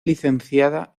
licenciada